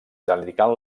dedicant